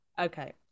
Okay